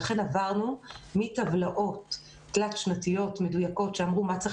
לכן עברנו מטבלאות תלת שנתיות מדויקות שאמרו מה צריך